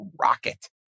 rocket